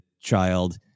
child